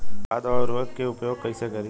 खाद व उर्वरक के उपयोग कईसे करी?